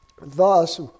Thus